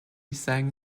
sang